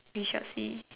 we shall see